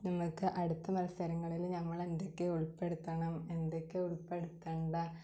നിങ്ങൾക്ക് അടുത്ത മത്സരങ്ങളിൽ ഞങ്ങളെന്തക്കെ ഉൾപ്പെടുത്തണം എന്തക്കെ ഉൾപ്പെടുത്തണ്ട